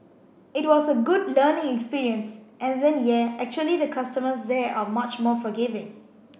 it was a good learning experience and then yeah actually the customers there are much more forgiving